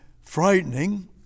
frightening